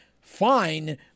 fine